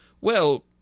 Well